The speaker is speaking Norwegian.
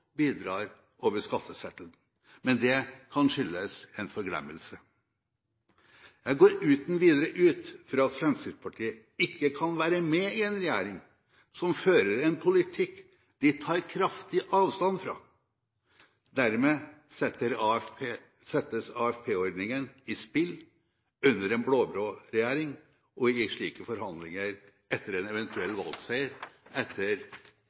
bidrar over skatteseddelen. Men det kan skyldes en forglemmelse. Jeg går uten videre ut fra at Fremskrittspartiet ikke kan være med i en regjering som fører en politikk de tar kraftig avstand fra. Dermed settes AFP-ordningen i spill under en blå-blå regjering og i slike forhandlinger etter en eventuell valgseier etter